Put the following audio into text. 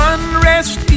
Unrest